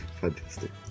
Fantastic